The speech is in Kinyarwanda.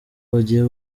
bagiye